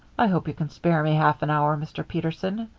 i hope you can spare me half an hour, mr. peterson.